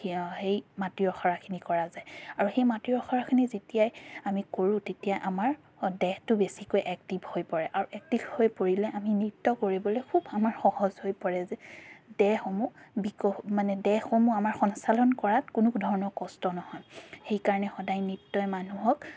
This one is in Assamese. সি সেই মাটিৰ অখৰাখিনি কৰা যায় আৰু সেই মাটি অখৰাখিনি যেতিয়াই আমি কৰোঁ তেতিয়া আমাৰ দেহটো বেছিকৈ এক্টিভ হৈ পৰে আৰু এক্টিভ হৈ পৰিলে আমি নৃত্য কৰিবলৈ খুব আমাৰ সহজ হৈ পৰে যে দেহসমূহ বিক মানে দেহসমূহ আমাৰ সঞ্চালন কৰাত কোনো ধৰণৰ কষ্ট নহয় সেইকাৰণে সদায় নৃত্যই মানুহক